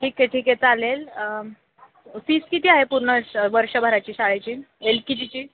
ठीक आहे ठीक आहे चालेल फीस किती आहे पूर्ण श वर्षभराची शाळेची एल कि जीची